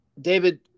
David